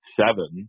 seven